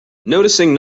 noticing